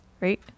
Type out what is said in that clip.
Right